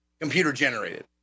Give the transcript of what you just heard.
computer-generated